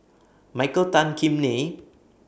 Michael Tan Kim Nei